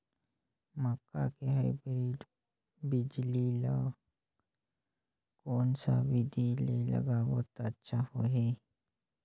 मक्का के हाईब्रिड बिजली ल कोन सा बिधी ले लगाबो त अच्छा होहि?